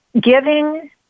giving